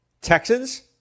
Texans